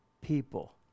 people